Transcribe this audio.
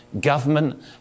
government